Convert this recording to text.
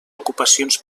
ocupacions